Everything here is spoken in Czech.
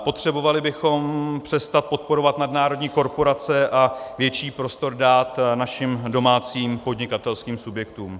Potřebovali bychom přestat podporovat nadnárodní korporace a větší prostor dát našim domácím podnikatelským subjektům.